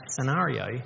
scenario